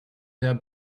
their